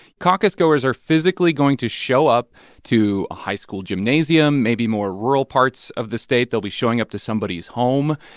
caucus-goers are physically going to show up to a high school gymnasium. maybe more rural parts of the state, they'll be showing up to somebody's home.